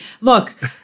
Look